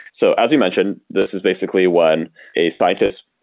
so as you mentioned, this is basically when a scientist,